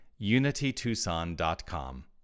unitytucson.com